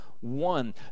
one